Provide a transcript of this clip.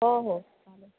हो हो चालेल